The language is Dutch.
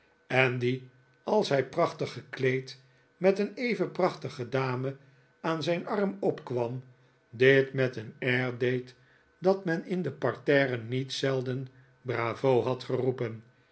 en die als hij prachtig gekleed met een even prachtige dame aan zijn arm opkwam dit met een air deed dat men in de parterre niet zelden bravo had geroepen